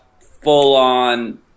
full-on